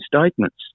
statements